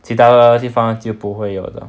其他的地方就不会有的